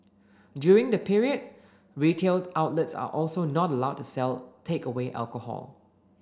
during the period retail outlets are also not allowed to sell takeaway alcohol